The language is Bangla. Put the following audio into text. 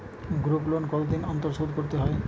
গ্রুপলোন কতদিন অন্তর শোধকরতে হয়?